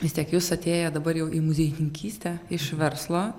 vis tiek jūs atėję dabar jau į muziejininkystę iš verslo